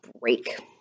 break